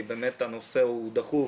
כי הנושא הוא באמת דחוף.